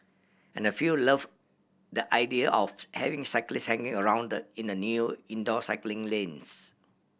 and a few love the idea of having cyclists hanging around in the new indoor cycling lanes